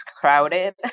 crowded